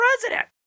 president